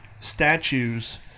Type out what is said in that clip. statues